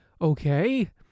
okay